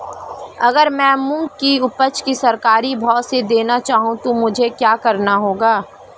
अगर मैं मूंग की उपज को सरकारी भाव से देना चाहूँ तो मुझे क्या करना होगा?